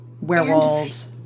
werewolves